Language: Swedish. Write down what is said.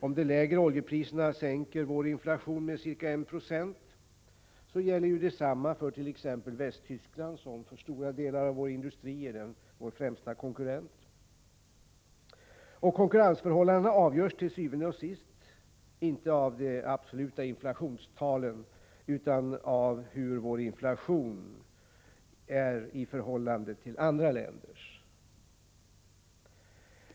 Om de lägre oljepriserna sänker vår inflation med ca 1 96 gäller ju detsamma för t.ex. Västtyskland som i fråga om stora delar av industrin är vår främsta konkurrent. Och konkurrensförhållandena avgörs til syvende og sidst inte av de absoluta inflationstalen utan av hur vår inflation är i förhållande till andra länders.